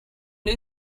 new